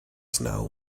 snow